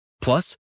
Plus